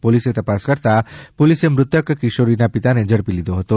પોલીસે તપાસ કરતાં પોલીસે મૃતક કિશોરીના પિતાને ઝડપી લીધો હતો